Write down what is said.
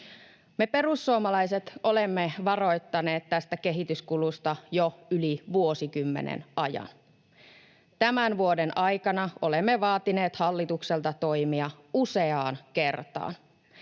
Me perussuomalaiset olemme varoittaneet tästä kehityskulusta jo yli vuosikymmenen ajan. Tämän vuoden aikana olemme vaatineet hallitukselta toimia useaan kertaan.